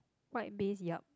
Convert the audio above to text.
white base yup